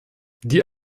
die